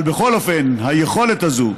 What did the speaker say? אבל בכל אופן, ביכולת הזאת